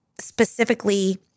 specifically